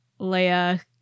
leia